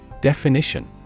Definition